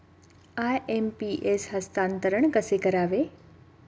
IMPS हस्तांतरण कसे करावे?